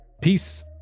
Peace